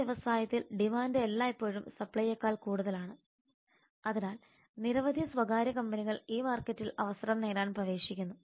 ഈ വ്യവസായത്തിൽ ഡിമാൻഡ് എല്ലായ്പ്പോഴും സപ്ലൈയേക്കാൾ കൂടുതലാണ് അതിനാൽ നിരവധി സ്വകാര്യ കമ്പനികൾ ഈ മാർക്കറ്റിൽ അവസരം നേടാൻ പ്രവേശിക്കുന്നു